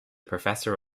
professor